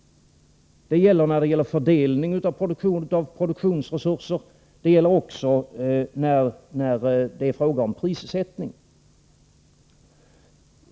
Det gäller fördelning av produktionsresurser och prissättning.